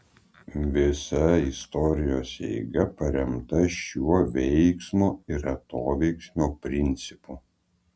visa istorijos eiga paremta šiuo veiksmo ir atoveiksmio principu